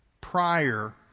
prior